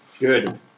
Good